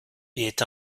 est